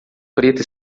preta